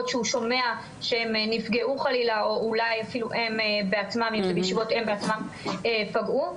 שהוא שומע שהם נפגעו חלילה או אולי אפילו הם בעצמם פגעו.